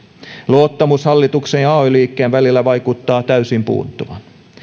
luottamus hallituksen ja ay liikkeen välillä vaikuttaa täysin puuttuvan